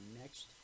next